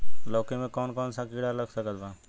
लौकी मे कौन कौन सा कीड़ा लग सकता बा?